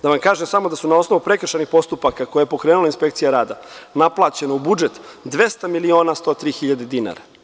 Da vam kažem samo da su na osnovu prekršajnih postupaka koje je pokrenula inspekcija rada naplaćeno u budžet 200.103.000 dinara.